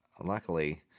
luckily